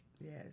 Yes